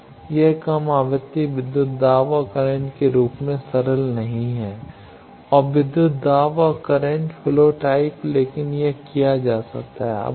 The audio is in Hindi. यह कम आवृत्ति विद्युत दाब और करंट के रूप में सरल नहीं है और संदर्भ समय 2650 विद्युत दाब और करंट फ्लो टाइप लेकिन यह किया जा सकता है